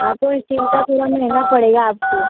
हाँ तो इस्टील का थोड़ा महंगा पड़ेगा आपको